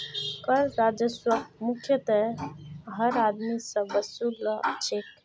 कर राजस्वक मुख्यतयः हर आदमी स वसू ल छेक